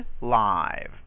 live